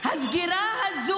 זה לא מה שהיה שם.